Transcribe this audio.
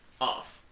off